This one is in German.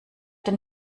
den